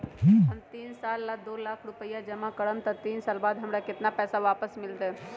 हम तीन साल ला दो लाख रूपैया जमा करम त तीन साल बाद हमरा केतना पैसा वापस मिलत?